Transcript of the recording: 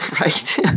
Right